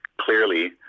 clearly